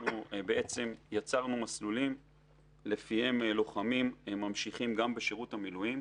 יצרנו מסלולים לפיהם לוחמים ממשים גם בשירות המילואים.